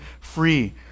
free